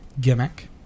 gimmick